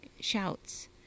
shouts